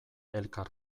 elkar